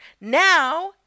Now